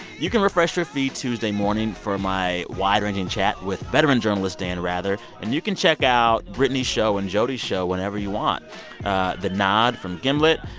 you can refresh your feed tuesday morning for my wide-ranging chat with veteran journalist dan rather. and you can check out brittany's show and jody's show whenever you want the nod from gimlet,